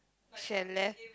should have left